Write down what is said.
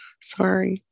sorry